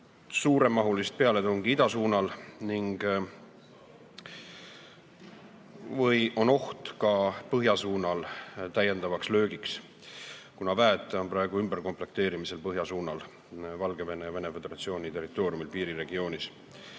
suuremahulist pealetungi ida suunal. On oht ka põhja suunal täiendavaks löögiks, kuna väed on praegu ümber komplekteerimisel põhja suunal Valgevene ja Vene Föderatsiooni territooriumil piiriregioonis.